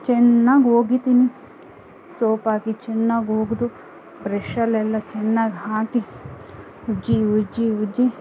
ಚೆನ್ನಾಗಿ ಒಗೀತೀನಿ ಸೋಪ್ ಹಾಕಿ ಚೆನ್ನಾಗಿ ಒಗೆದು ಬ್ರಷಲ್ಲೆಲ್ಲ ಚೆನ್ನಾಗಿ ಹಾಕಿ ಉಜ್ಜಿ ಉಜ್ಜಿ ಉಜ್ಜಿ